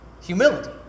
humility